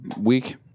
week